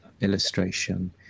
illustration